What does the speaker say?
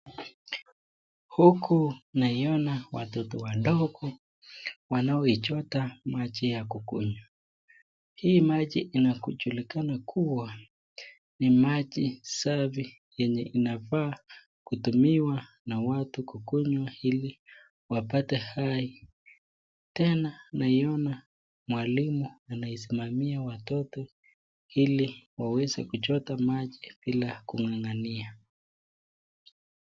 Huku naiona watoto wadogo wanaoichota maji ya kunywa hii maji inajulikana kua ni maji Safi yenye inafaa kutumiwa na watu kukunywa ili wapate uhai tena unaiona mwalimu anasimamia watoto ili waweze kuchota maji bila kungangania .